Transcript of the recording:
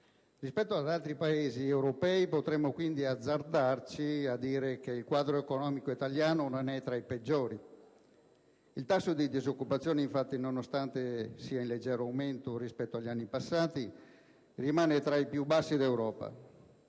Rispetto ad altri Paesi europei potremmo quindi azzardarci a dire che il quadro economico italiano non è tra i peggiori. Il tasso di disoccupazione, infatti, nonostante sia in leggero aumento rispetto agli anni passati rimane tra i più bassi d'Europa.